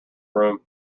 room